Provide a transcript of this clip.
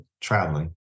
traveling